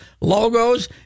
logos